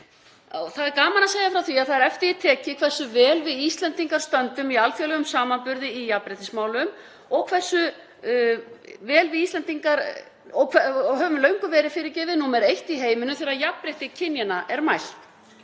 Það er gaman að segja frá því að það er eftir því tekið hversu vel við Íslendingar stöndum í alþjóðlegum samanburði í jafnréttismálum og við Íslendingar höfum löngum verið númer eitt í heiminum þegar jafnrétti kynjanna er mælt.